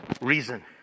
reason